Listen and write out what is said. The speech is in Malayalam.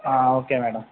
ആ ഓക്കെ മേടം